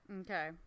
Okay